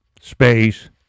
space